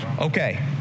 Okay